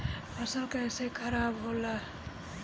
फसल कैसे खाराब होला?